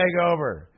TakeOver